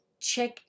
check